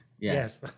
Yes